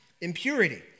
impurity